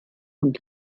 und